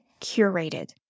curated